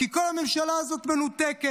כי כל הממשלה הזאת מנותקת,